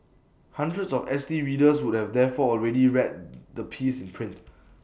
hundreds of S T readers would have therefore already read the piece in print